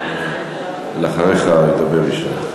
אחריך ידבר ישי.